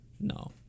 No